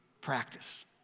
practice